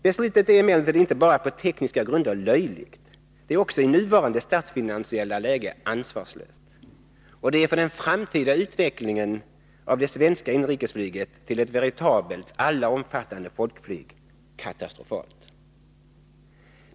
Beslutet är emellertid inte bara på tekniska grunder löjligt, det är också i nuvarande statsfinansiella läge ansvarslöst, och det är för den framtida utvecklingen av det svenska inrikesflyget till ett veritabelt, alla omfattande folkflyg, katastrofalt.